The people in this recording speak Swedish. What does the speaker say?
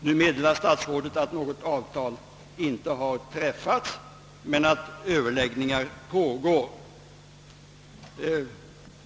Nu meddelar statsrådet att något avtal inte har träffats men att överläggningar pågår.